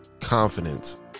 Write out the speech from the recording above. confidence